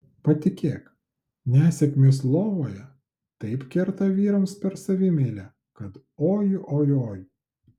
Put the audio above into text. patikėk nesėkmės lovoje taip kerta vyrams per savimeilę kad oi oi oi